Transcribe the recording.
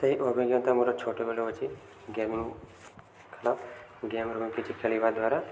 ସେହି ଅଭିଜ୍ଞତା ମୋର ଛୋଟବେଳୁ ଅଛି ଗେମ୍ରୁ ଖେଳ ଗେମ୍ର କିଛି ଖେଳିବା ଦ୍ୱାରା